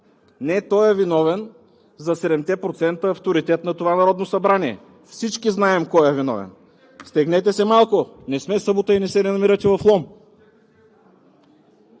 седемте процента авторитет на това Народно събрание. Всички знаем кой е виновен. Стегнете се малко! Не сме събота и не се намирате в Лом!